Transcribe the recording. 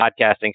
podcasting